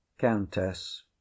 Countess